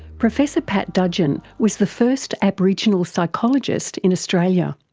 professor pat dudgeon was the first aboriginal psychologist in australia.